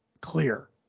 clear